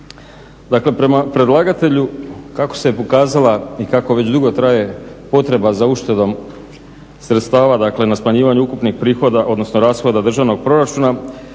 Dakle, prema predlagatelju kako se pokazala i kako već dugo traje potreba za uštedom sredstava dakle na smanjivanju ukupnih prihoda, odnosno rashoda državnog proračuna